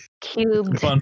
Cubed